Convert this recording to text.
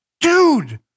dude